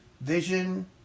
vision